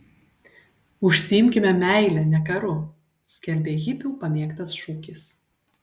užsiimkime meile ne karu skelbė hipių pamėgtas šūkis